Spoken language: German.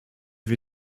wir